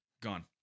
gone